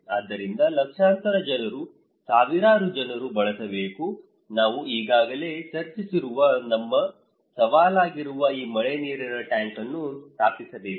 ಆದ್ದರಿಂದ ಲಕ್ಷಾಂತರ ಜನರು ಸಾವಿರಾರು ಜನರು ಬಳಸಬೇಕು ನಾವು ಈಗಾಗಲೇ ಚರ್ಚಿಸಿರುವ ನಮ್ಮ ಸವಾಲಾಗಿರುವ ಈ ಮಳೆನೀರಿನ ಟ್ಯಾಂಕ್ ಅನ್ನು ಸ್ಥಾಪಿಸಬೇಕು